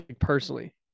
personally